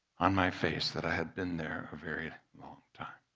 on my face that i had been there a very long time.